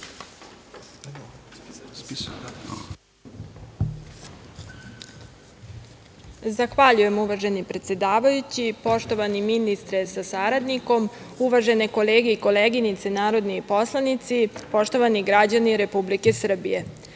Zahvaljujem. Uvaženi predsedavajući, poštovani ministre sa saradnikom, uvažene kolege i koleginice narodni poslanici, poštovani građani Republike Srbije,